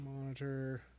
Monitor